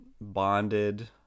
bonded